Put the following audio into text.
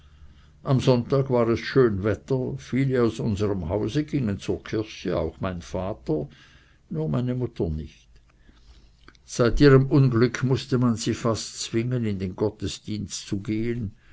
am sonntag war es schön wetter viele aus unserm hause gingen zur kirche auch mein vater nur meine mutter nicht seit ihrem unglück mußte man sie fast zwingen in den gottesdienst zu gehen